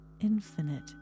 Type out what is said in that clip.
infinite